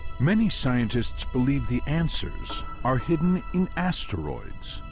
many scientists believe the answers are hidden in asteroids,